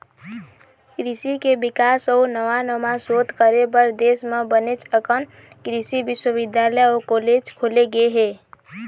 कृषि के बिकास अउ नवा नवा सोध करे बर देश म बनेच अकन कृषि बिस्वबिद्यालय अउ कॉलेज खोले गे हे